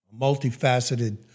multifaceted